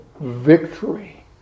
victory